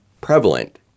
prevalent